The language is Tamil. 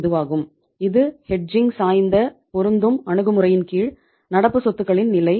அஃக்ரசிவாக அணுகுமுறையின் கீழ் நடப்பு சொத்துகளின் நிலை